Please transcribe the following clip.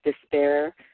despair